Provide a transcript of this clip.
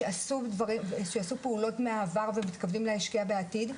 שעשו פעולות בעבר ומתכוונים להשקיע בעתיד,